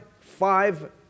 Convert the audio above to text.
Five